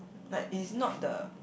like it's not the